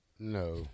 No